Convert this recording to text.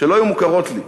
שלא היו מוכרות לי: